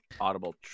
Audible